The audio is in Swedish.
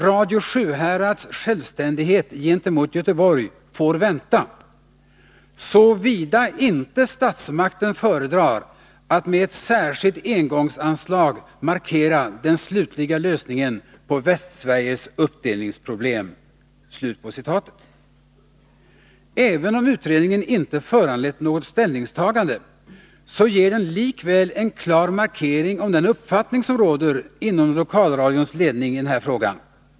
—-—---- Radio Sjuhärads självständighet gentemot Göteborg får vänta, såvida inte statsmakten föredrar att med ett särskilt engångsanslag markera den slutliga lösningen på Västsveriges uppdelningsproblem.” Även om utredningen inte har föranlett något ställningstagande, ger den likväl en klar markering av den uppfattning som råder inom lokalradions ledning i den här frågan.